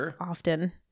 often